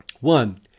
One